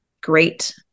great